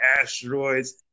asteroids